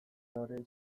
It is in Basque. noren